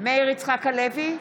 מאיר יצחק הלוי,